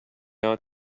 ought